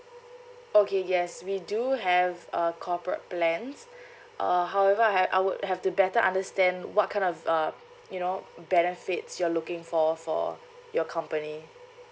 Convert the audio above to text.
okay yes we do have uh corporate plans uh however I ha~ I would have to better understand what kind of uh you know benefits you're looking for for your company